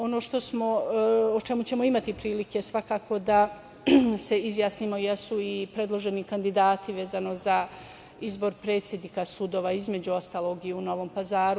Ono o čemu ćemo imati prilike svakako da se izjasnimo jesu i predloženi kandidati vezano za izbor predsednika sudova, između ostalog i u Novom Pazaru.